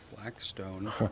Blackstone